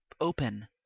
open